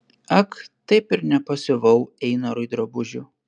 ak taip ir nepasiuvau einarui drabužių